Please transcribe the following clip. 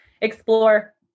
explore